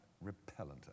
repellent